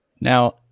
Now